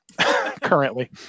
currently